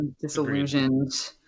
disillusioned